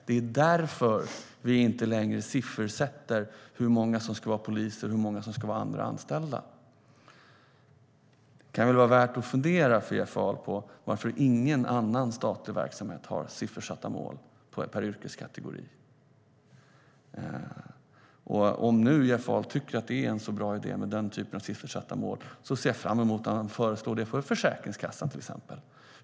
Det är därför vi inte längre siffersätter hur många som ska vara poliser och hur många som ska vara andra anställda. För Jeff Ahl kan det väl vara värt att fundera på varför ingen annan statlig verksamhet har siffersatta mål per yrkeskategori. Och om Jeff Ahl nu tycker att den typen av siffersatta mål är en bra idé ser jag fram emot att han föreslår det för till exempel Försäkringskassan.